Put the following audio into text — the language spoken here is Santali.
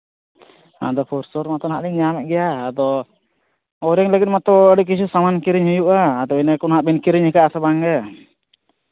ᱟᱫᱚ ᱯᱳᱥᱛᱚᱨ ᱢᱚᱛᱚ ᱦᱟᱸᱜ ᱞᱤᱧ ᱧᱟᱢᱮᱫ ᱜᱮᱭᱟ ᱟᱫᱚ ᱳᱭᱮᱨᱤᱝ ᱞᱟᱹᱜᱤᱫ ᱢᱟᱛᱚ ᱟᱹᱰᱤ ᱠᱤᱪᱷᱩ ᱥᱟᱢᱟᱱ ᱠᱤᱨᱤᱧ ᱦᱩᱭᱩᱜᱼᱟ ᱟᱫᱚ ᱤᱱᱟᱹ ᱠᱚ ᱦᱟᱸᱜ ᱠᱤᱨᱤᱧ ᱠᱟᱫᱟ ᱵᱤᱱ ᱥᱮ ᱵᱟᱝᱜᱮ